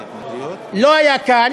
לא היה קל